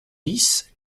dix